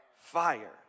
fire